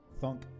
Thunk